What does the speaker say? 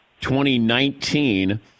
2019